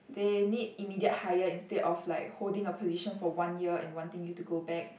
they need immediate hire instead of like holding a position for one year and wanting you to go back